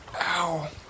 Ow